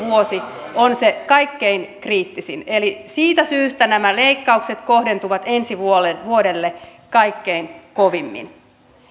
vuosi on se kaikkein kriittisin eli siitä syystä nämä leikkaukset kohdentuvat ensi vuodelle kaikkein kovimmin